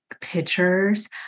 pictures